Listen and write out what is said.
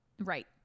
right